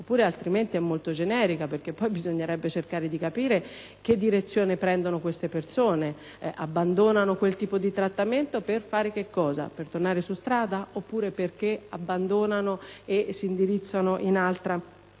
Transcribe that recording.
affermazione è molto generica, perché poi bisognerebbe cercare di capire che direzione prendono queste persone: abbandonano quel tipo di trattamento per fare che cosa? Per tornare sulla strada, oppure perché si indirizzano verso altre